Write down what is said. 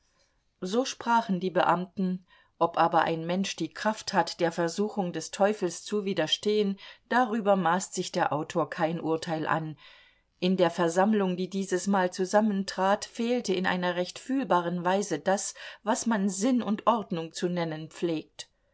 so sprachen die beamten ob aber ein mensch die kraft hat der versuchung des teufels zu widerstehen darüber maßt sich der autor kein urteil an in der versammlung die dieses mal zusammentrat fehlte in einer recht fühlbaren weise das was man sinn und ordnung zu nennen pflegt